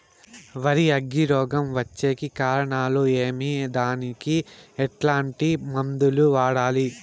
వరి అగ్గి రోగం వచ్చేకి కారణాలు ఏమి దానికి ఎట్లాంటి మందులు వాడాలి?